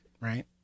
right